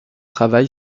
travail